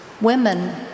women